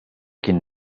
kien